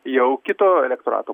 jau kito elektorato